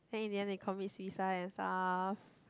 then in the end they commit suicide and stuff